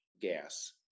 gas